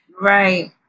Right